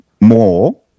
more